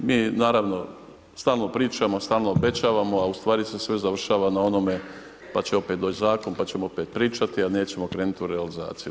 Mi naravno stalno pričamo, stalno obećavamo, a ustvari se sve završava na onome pa će opet doći zakon, pa ćemo opet pričati, a nećemo krenuti u realizaciju.